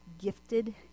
gifted